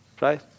Right